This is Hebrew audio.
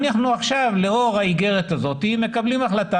אנחנו עכשיו לאור האיגרת הזאת מקבלים החלטה